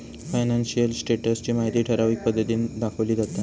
financial status ची माहिती ठराविक पद्धतीन दाखवली जाता